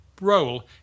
role